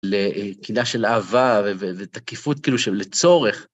לקנאה של אהבה ותקיפות כאילו של לצורך.